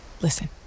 listen